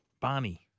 Barney